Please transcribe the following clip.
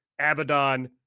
Abaddon